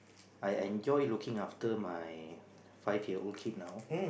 I enjoy looking after my five year old kid now